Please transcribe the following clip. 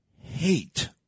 hate